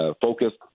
focused